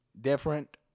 different